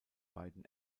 beiden